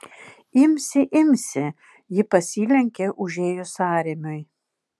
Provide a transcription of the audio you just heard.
imsi imsi ji pasilenkė užėjus sąrėmiui